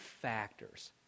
factors